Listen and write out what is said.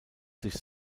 sich